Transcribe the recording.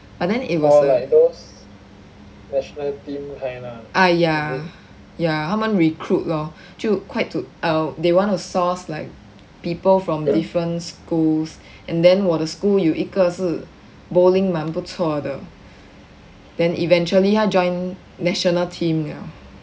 but then it was like ah ya ya 他们 recruit lor 就 quite to they wanna source like people from different schools and then 我的 school 有一个是 bowling 蛮不错的 then eventually 他 join national team liao